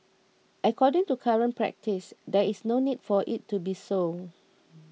according to current practice there is no need for it to be so